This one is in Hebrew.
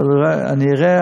אני אראה,